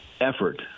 effort